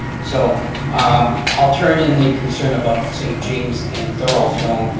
so um i'll turn in the concern about st. james and thorold stone,